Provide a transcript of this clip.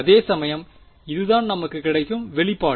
அதேசமயம் இதுதான் நமக்கு கிடைக்கும் வெளிப்பாடு